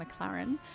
McLaren